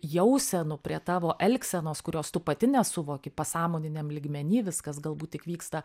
jausenų prie tavo elgsenos kurios tu pati nesuvoki pasąmoniniam lygmeny viskas galbūt tik vyksta